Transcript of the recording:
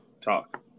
talk